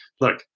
look